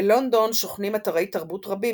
בלונדון שוכנים אתרי תרבות רבים,